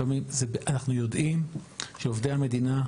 אנחנו יודעים שעובדי המדינה,